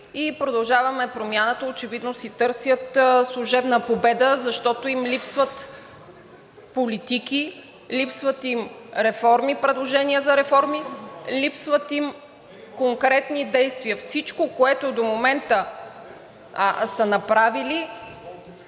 „Продължаваме Промяната“ очевидно си търсят служебна победа, защото им липсват политики, липсват им предложения за реформи, липсват им конкретни действия. Всичко, което до момента са направили,